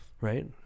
right